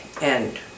end